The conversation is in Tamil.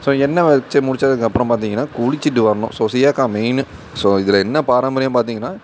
ஸோ எண்ணெய் வச்சு முடித்ததுக்கப்பறம் பார்த்தீங்கன்னா குளிச்சுட்டு வரணும் ஸோ சீயக்காய் மெய்னு ஸோ இதில் என்ன பாரம்பரியம் பார்த்தீங்கன்னா